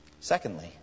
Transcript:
Secondly